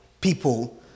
people